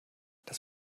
das